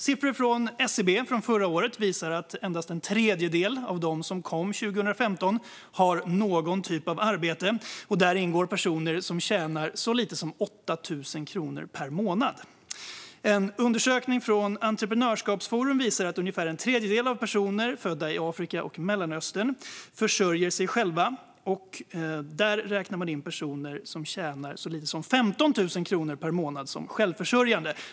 Siffror från SCB från förra året visar att endast en tredjedel av dem som kom 2015 har någon typ av arbete, och här ingår personer som tjänar så lite som 8 000 kronor i månaden. En undersökning från Entreprenörskapsforum visar att ungefär en tredjedel av dem födda i Afrika och Mellanöstern försörjer sig själva, och här räknas personer som tjänar så lite som 15 000 kronor i månaden som självförsörjande.